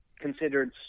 considered